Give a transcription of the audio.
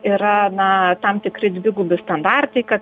yra na tam tikri dvigubi standartai kad